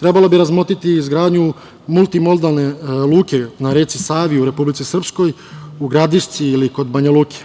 trebalo bi razmotriti izgradnju multimodalne luke na reci Savi u Republici Srpskoj u Gradišci ili kod Banja Luke,